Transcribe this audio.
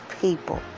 people